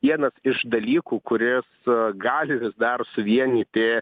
vienas iš dalykų kuris gali vis dar suvienyti